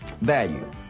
Value